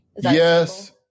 Yes